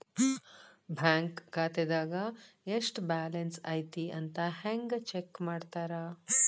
bank ಖಾತೆದಾಗ ಎಷ್ಟ balance ಐತಿ ಅಂತ ಹೆಂಗ ಚೆಕ್ ಮಾಡ್ತಾರಾ